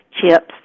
chips